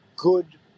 Good